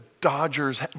Dodgers